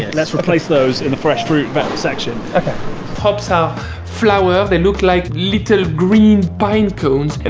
and let's replace those in the fresh fruit valve section. okay pops our flower they look like little green pine cones, and